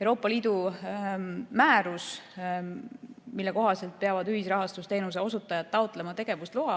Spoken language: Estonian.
Euroopa Liidu määrus, mille kohaselt peavad ühisrahastusteenuse osutajad taotlema tegevusloa